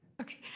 Okay